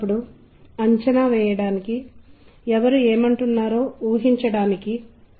ఇప్పుడు నేను ప్రస్తుతం ఏమి చేయబోతున్నాను అంటే మిమ్మల్ని త్వరగా టింబ్రే యొక్క ఉదాహరణకి తీసుకెళ్లడం